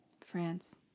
France